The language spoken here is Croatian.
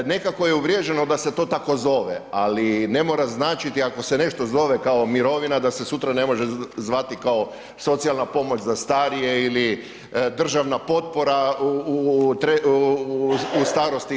Nekako je uvriježeno da se to tako zove ali ne mora značiti ako se nešto zove kao mirovina da se sutra ne može zvati kao socijalna pomoć za starije ili državna potpora u starosti itd.